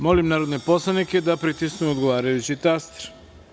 Molim narodne poslanike da pritisnu odgovarajući taster.